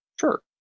Sure